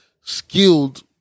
skilled